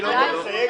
הוא לא רוצה.